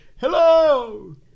hello